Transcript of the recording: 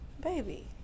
Baby